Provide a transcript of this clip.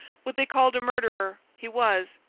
what they called a murderer, he was,